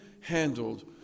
handled